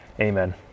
Amen